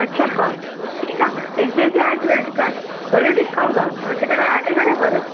अच्छा हा ठीकु आहे एच डी ऐफ सी आहे क्रैडिट काड घणो डिस्काउंट आहे टिकेट आहे घणे पर